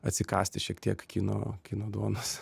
atsikąsti šiek tiek kino kino duonos